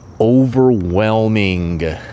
overwhelming